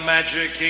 Magic